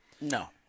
No